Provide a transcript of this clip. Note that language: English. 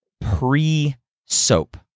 pre-soap